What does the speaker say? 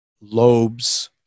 lobes